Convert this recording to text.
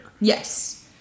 Yes